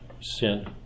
sin